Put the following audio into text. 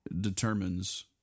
determines